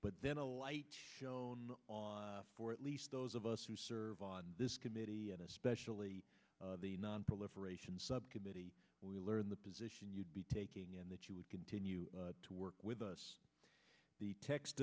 but then a light shone on for at least those of us who serve on this committee and especially the nonproliferation subcommittee we learn the position you'd be taking and that you would continue to work with us the text